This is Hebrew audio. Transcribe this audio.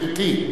גברתי.